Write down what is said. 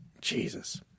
Jesus